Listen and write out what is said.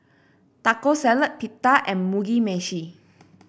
Taco Salad Pita and Mugi Meshi